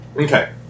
Okay